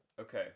Okay